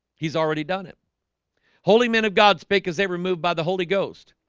he's already done it holy men of god spake as they were moved by the holy ghost